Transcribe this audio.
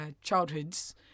childhoods